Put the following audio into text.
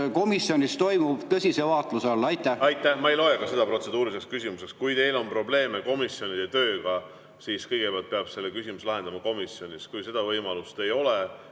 komisjonis toimuv tõsise vaatluse alla. Aitäh! Ma ei loe seda protseduuriliseks küsimuseks. Kui teil on probleeme komisjonide tööga, siis kõigepealt peab selle küsimuse lahendama komisjonis. Kui seda võimalust ei ole,